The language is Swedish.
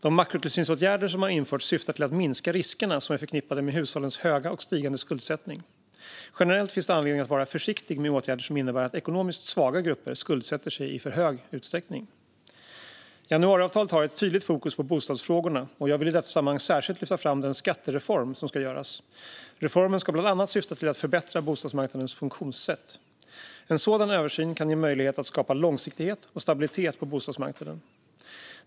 De makrotillsynsåtgärder som har införts syftar till att minska de risker som är förknippade med hushållens höga och stigande skuldsättning. Generellt finns det anledning att vara försiktig med åtgärder som innebär att ekonomiskt svaga grupper skuldsätter sig i för hög utsträckning. Januariavtalet har ett tydligt fokus på bostadsfrågorna, och jag vill i detta sammanhang särskilt lyfta fram den skattereform som ska genomföras. Reformen ska bland annat syfta till att förbättra bostadsmarknadens funktionssätt. En sådan översyn kan ge möjlighet att skapa långsiktighet och stabilitet på bostadsmarknaden.